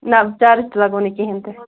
نہَ چارٕج تہِ لَگو نہٕ کِہیٖنٛۍ تہِ